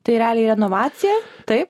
tai realiai renovacija taip